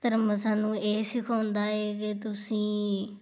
ਧਰਮ ਸਾਨੂੰ ਇਹ ਸਿਖਾਉਂਦਾ ਹੈ ਕਿ ਤੁਸੀਂ